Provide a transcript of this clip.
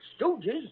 Stooges